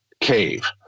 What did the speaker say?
cave